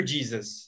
Jesus